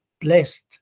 blessed